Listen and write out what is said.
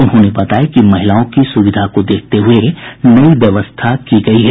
उन्होंने बताया कि महिलाओं की सुविधा को देखते हुये नई व्यवस्था की गयी है